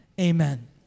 amen